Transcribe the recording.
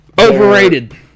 Overrated